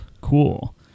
Cool